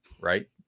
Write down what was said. Right